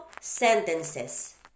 sentences